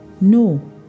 No